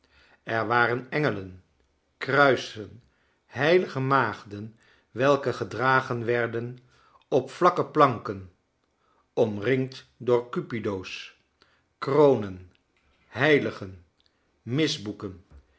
er waren engelen kruisen h maagden welke gedragen werden op vlakke planken omringd door cupido's kronen heiligen misboeken